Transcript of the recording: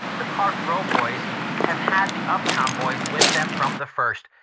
the park row boys have had the uptown boys with them from the first,